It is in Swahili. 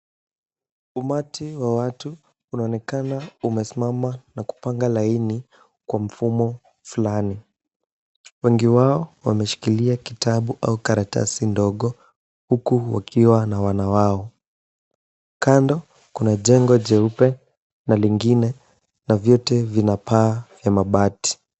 Umati wa watu unaonekana umesimama na kupanga laini kwa mfumo fulani. Wengi wao wameshikiria kitabu au karatasi ndogo, huku wakiwa na wana wao. Kando kuna jengo jeupe na lingine na vyote vina paa ya mabati.